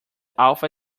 alpha